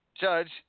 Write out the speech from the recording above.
Judge